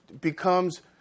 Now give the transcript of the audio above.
becomes